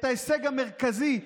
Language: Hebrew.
את ההישג המרכזי,